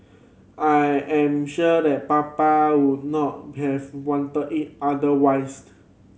I am sure that Papa would not have wanted it otherwise